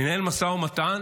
מנהל משא ומתן